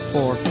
Four